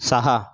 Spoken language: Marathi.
सहा